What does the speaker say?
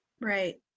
right